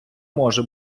може